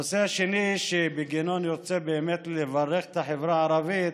הנושא השני שבגינו אני רוצה לברך את החברה הערבית